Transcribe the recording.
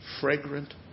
fragrant